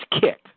kick